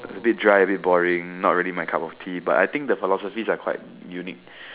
a bit dry a bit boring not really my cup of tea but I think the philosophies are quite unique